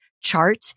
chart